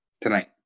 Tonight